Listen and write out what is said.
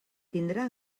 tindrà